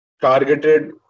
targeted